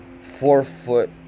four-foot